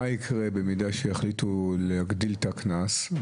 מה יקרה אם יחליטו להגדיל את הקנס?